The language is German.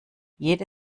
jede